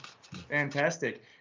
Fantastic